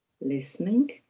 listening